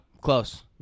Close